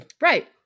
Right